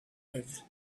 lived